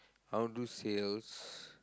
I wanna do sales